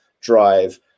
drive